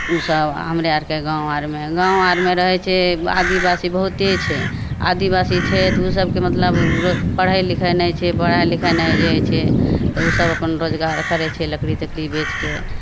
ओसभ आ हमरे आरके गाँव आरमे गाँव आरमे रहै छै आदिवासी बहुते छै आदिवासी छै तऽ ओसभके मतलब रोज पढ़ैत लिखैत नहि छै पढ़य लिखय नहि जाइ छै तऽ ओसभ अपन रोजगार करै छै लकड़ी तकड़ी बेचि कऽ